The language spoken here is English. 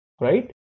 right